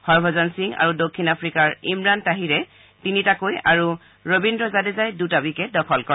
হৰভজন সিং আৰু দক্ষিণ আফ্ৰিকাৰ ইমৰাণ তাহিৰে তিনিটাকৈ আৰু ৰবীন্দ্ৰ জাদেজাই দুটা উইকেট দখল কৰে